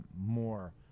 more